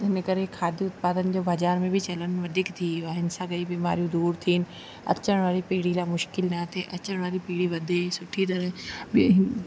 हिन करे खाद्य उत्पादन जो बाज़ारि में बि चलनि वधीक थी वियो आहे हिन सां कई बीमारियूं दूरि थियूं आहिनि अचण वारी पीढ़ी लाइ मुश्किल न थिए अचण वारी पीढ़ी वधे सुठी तरह ॿिए